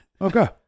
Okay